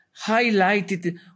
highlighted